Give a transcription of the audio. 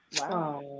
Wow